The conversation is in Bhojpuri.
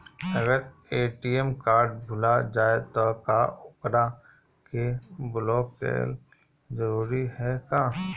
अगर ए.टी.एम कार्ड भूला जाए त का ओकरा के बलौक कैल जरूरी है का?